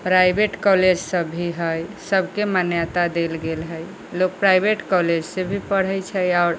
private college सब भी है सबके मान्यता देल गेल है लोग प्राइवट कॉलेजसे भी पढ़ै छै आओर